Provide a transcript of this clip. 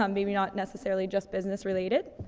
um maybe not necessarily just business related.